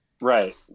right